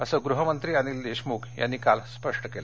असं गृहमंत्री अनिल देशमुख यांनी काल स्पष्ट केलं